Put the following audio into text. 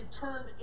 turned